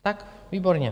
Tak výborně!